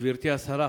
גברתי השרה,